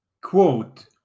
Quote